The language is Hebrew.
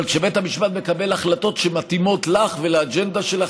אבל כשבית המשפט מקבל החלטות שמתאימות לך ולאג'נדה שלך,